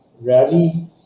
rally